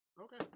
Okay